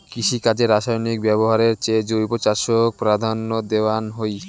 কৃষিকাজে রাসায়নিক ব্যবহারের চেয়ে জৈব চাষক প্রাধান্য দেওয়াং হই